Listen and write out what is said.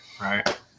Right